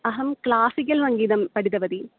अहं क्लासिकल् सङ्गीतं पठितवती